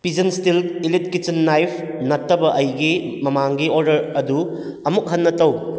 pigeon steel elite kitchen knife ꯅꯠꯇꯕ ꯑꯩꯒꯤ ꯃꯃꯥꯡꯒꯤ ꯑꯣꯔꯗꯔ ꯑꯗꯨ ꯑꯃꯨꯛ ꯍꯟꯅ ꯇꯧ